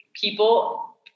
people